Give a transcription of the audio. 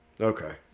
Okay